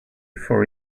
for